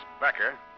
Becker